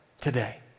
today